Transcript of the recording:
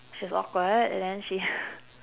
she's awkward and then she